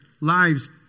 lives